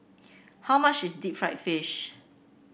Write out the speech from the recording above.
how much is Deep Fried Fish